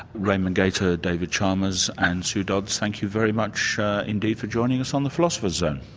raimond gaita, david chalmers and sue dodds, thank you very much indeed for joining us on the philosopher's zone.